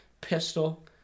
pistol